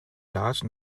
large